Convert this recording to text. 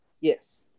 Yes